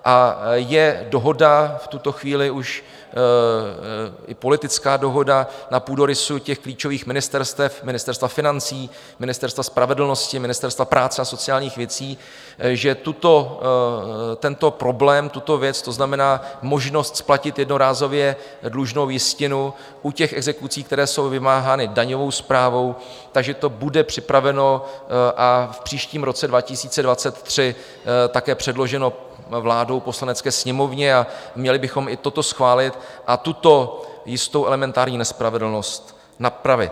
A je dohoda v tuto chvíli už i politická dohoda na půdorysu těch klíčových ministerstev Ministerstva financí, Ministerstva spravedlnosti, Ministerstva práce a sociálních věcí, že tento problém, tuto věc, to znamená možnost splatit jednorázově dlužnou jistinu u těch exekucí, které jsou vymáhány daňovou správou, takže to bude připraveno a v příštím roce 2023 také předloženo vládou Poslanecké sněmovně, a měli bychom i toto schválit, a tuto jistou elementární nespravedlnost napravit.